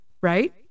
right